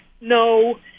no